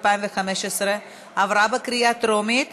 רק לפני שנה נזרקה